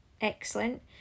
excellent